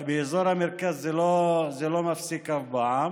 באזור המרכז זה לא מפסיק אף פעם.